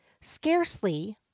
Scarcely